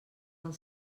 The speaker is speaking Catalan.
del